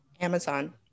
Amazon